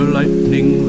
lightning